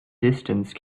distance